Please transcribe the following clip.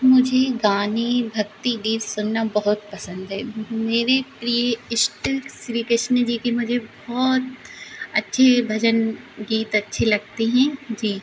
मुझे गाने भक्ति गीत सुनना बहुत पसन्द है मेरे प्रिय ईष्ट श्री कृष्ण जी की मुझे बहुत अच्छे भजन गीत अच्छे लगते हैं जी